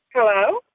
Hello